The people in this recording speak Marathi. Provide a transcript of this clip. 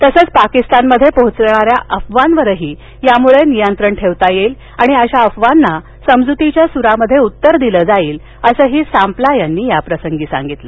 तसेच पाकिस्तानमध्ये पोहचणाऱ्या अफवांवरही नियंत्रण ठेवण्यात येईल आणि अशा अफवांनी समजुतीच्या सुरात उत्तर दिले जाईल असंही सांपला यांनी याप्रसंगी सांगितलं